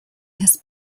his